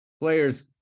players